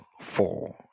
four